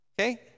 Okay